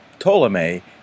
Ptolemy